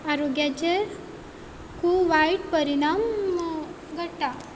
आरोग्याचेर खूब वायट परिणाम घडटा